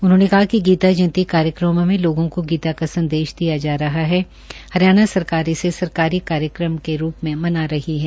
उन्होंने कहा कि गीता जयंती कार्यक्रमों में लोगों को गीता का संदेश दिया जा रहा है हरियाणा सरकार इसे सरकारी कार्यक्रम के रूप में मना रही है